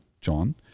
John